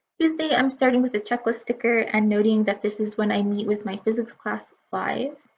tuesday i'm starting with the checklist sticker and noting that this is when i meet with my physics class live.